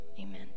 Amen